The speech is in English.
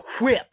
whip